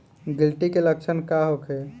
गिलटी के लक्षण का होखे?